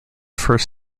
first